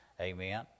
Amen